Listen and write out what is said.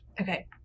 Okay